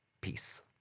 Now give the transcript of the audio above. Peace